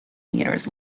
meters